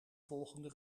volgende